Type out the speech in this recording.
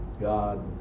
God